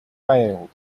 failed